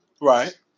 Right